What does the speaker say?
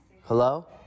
Hello